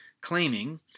claiming